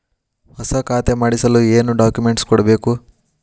ಹೊಸ ಖಾತೆ ಮಾಡಿಸಲು ಏನು ಡಾಕುಮೆಂಟ್ಸ್ ಕೊಡಬೇಕು?